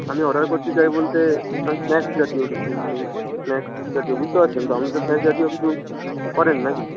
আমি অর্ডার করতে চাই বলতে মানে স্ন্যাকস জাতীয় কিছু মানে স্ন্যাকস জাতীয় বুঝতে পারছেন তো আপনি তো স্ন্যাকস জাতীয় কিছু করেন না কি